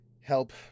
help